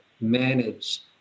manage